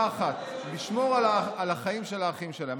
אחת: לשמור על החיים של האחים שלהם.